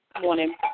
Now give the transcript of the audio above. morning